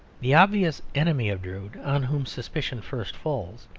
the obvious enemy of drood, on whom suspicion first falls,